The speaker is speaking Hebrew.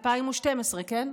2012, כן?